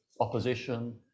opposition